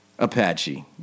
Apache